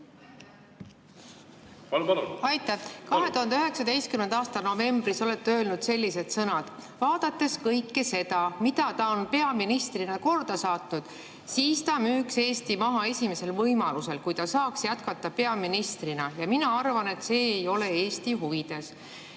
Aitäh! 2019. aasta novembris ütlesite sellised sõnad: "Vaadates kõike seda, mida ta peaministrina on korda saatnud, siis [Jüri Ratas peaministrina] müüks Eesti maha esimesel võimalusel, kui ta saaks jätkata peaministrina, ja ma arvan, et see ei ole Eesti huvides."